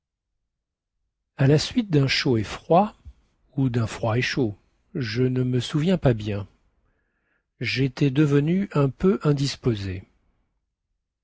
à la suite dun chaud et froid ou dun froid et chaud je ne me souviens pas bien jétais devenu un peu indisposé